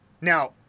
Now